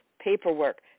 paperwork